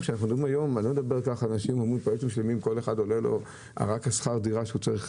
פרויקטים שלמים מתעכבים ורק שכר הדירה שצריך לשלם,